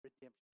redemption